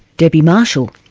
debi marshall,